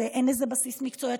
אין לזה בסיס מקצועי,